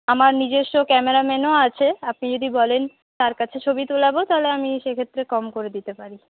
আমার নিজস্ব ক্যামেরাম্যানও আছে আপনি যদি বলেন তার কাছে ছবি তোলাব তাহলে আমি সেক্ষেত্রে কম করে দিতে পারি